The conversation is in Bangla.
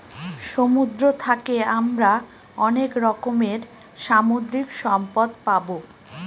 সমুদ্র থাকে আমরা অনেক রকমের সামুদ্রিক সম্পদ পাবো